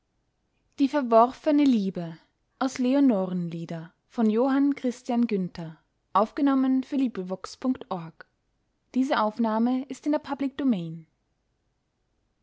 die verworfene liebe